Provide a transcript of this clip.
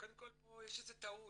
קודם כל, פה יש איזו טעות,